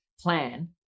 plan